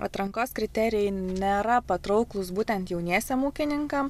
atrankos kriterijai nėra patrauklūs būtent jauniesiem ūkininkam